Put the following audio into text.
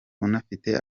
unafite